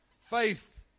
faith